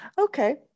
okay